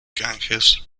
ganges